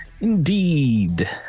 Indeed